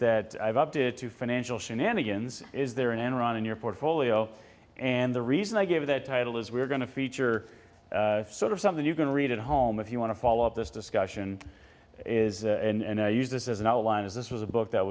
that i've up to two financial shenanigans is there an enron in your portfolio and the reason i gave that title is we're going to feature sort of something you can read at home if you want to follow up this discussion is and i use this as an outline is this was a book that